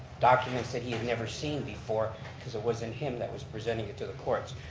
documents that he'd never seen before because it wasn't him that was presenting it to the courts.